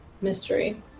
mystery